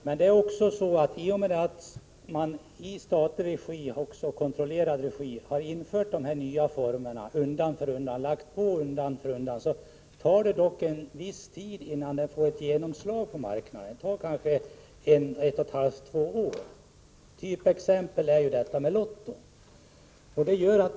Men när man i statligt kontrollerad regi inför de nya formerna undan för undan, tar det en viss tid innan detta får genomslag på marknaden, kanske ett och ett halvt till två år. Ett typexempel är lotto.